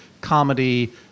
comedy